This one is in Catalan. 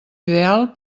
ideal